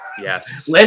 Yes